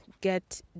get